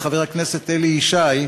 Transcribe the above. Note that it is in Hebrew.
חבר הכנסת אלי ישי,